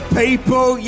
people